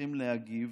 צריכים להגיב